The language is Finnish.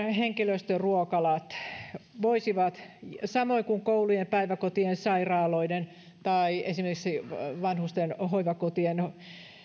henkilöstöruokalat samoin kuin koulujen päiväkotien sairaaloiden tai esimerkiksi vanhusten hoivakotien ja